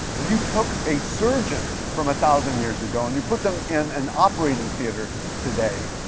if you took a surgeon from a thousand years ago and you put them in an operating theater today,